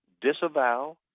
disavow